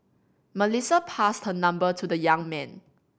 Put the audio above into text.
Melissa passed her number to the young man